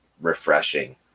refreshing